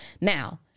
Now